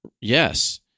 Yes